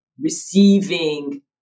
receiving